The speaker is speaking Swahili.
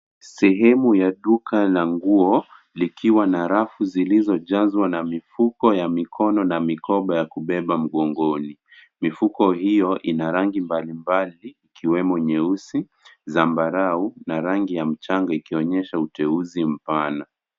Sehemu ya duka la nguo likiwa na rafu zilizo jazwa na mifuko ya mikono na mikoba ya kubeba mgongoni. Mifuko hiyo ina rangi mbali mbali. Ikiwemo nyeusi , zambarau na rangi ya mchanga ikionyesha uteuzi mpana.